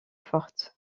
forte